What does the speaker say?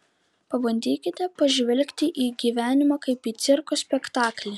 pabandykite pažvelgti į gyvenimą kaip į cirko spektaklį